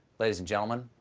ladies and gentlemen,